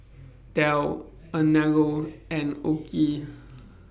Dell Anello and OKI